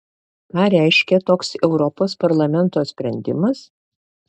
ką reiškia toks europos parlamento sprendimas